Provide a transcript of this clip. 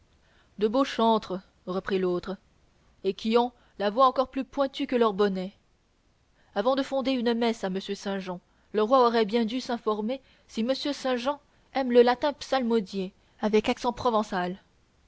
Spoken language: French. de beaux chantres reprit l'autre et qui ont la voix encore plus pointue que leur bonnet avant de fonder une messe à monsieur saint jean le roi aurait bien dû s'informer si monsieur saint jean aime le latin psalmodié avec accent provençal